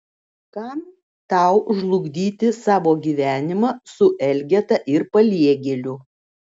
kam tau žlugdyti savo gyvenimą su elgeta ir paliegėliu